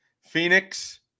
Phoenix